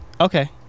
Okay